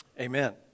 Amen